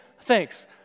thanks